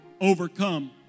overcome